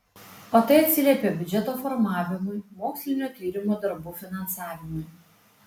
o tai atsiliepia biudžeto formavimui mokslinio tyrimo darbų finansavimui